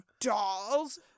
dolls